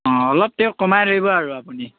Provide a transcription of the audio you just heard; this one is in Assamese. অ অলপ তেও কমাই ধৰিব আৰু আপুনি